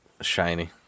Shiny